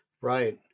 Right